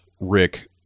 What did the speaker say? Rick